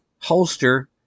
holster